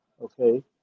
Okay